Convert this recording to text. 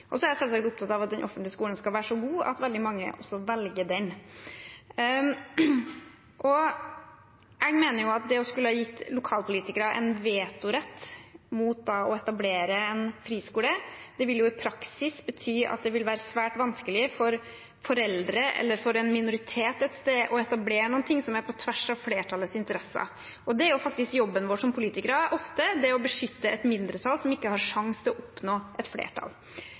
Så er jeg selvsagt opptatt av at den offentlige skolen skal være så god at veldig mange også velger den. Jeg mener at det å skulle gi lokalpolitikere en vetorett mot å etablere en friskole i praksis ville bety at det vil være svært vanskelig for foreldre eller for en minoritet et sted å etablere noe som er på tvers av flertallets interesser. Ofte er det faktisk jobben vår som politikere å beskytte et mindretall som ikke har sjanse til å oppnå et flertall,